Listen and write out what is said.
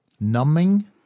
numbing